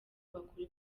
bakora